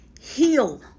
Heal